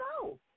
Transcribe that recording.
go